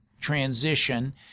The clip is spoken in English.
transition